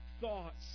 thoughts